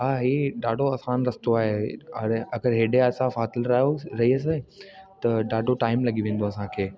हा ई ॾाढो आसान रस्तो आहे हाणे अगरि हेॾे असां फ़ाथिल रयाउस रहियासीं त ॾाढो टाइम लॻी वेंदो असांखे